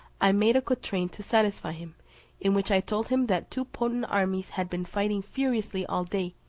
i made a quatrain to satisfy him in which i told him that two potent armies had been fighting furiously all day,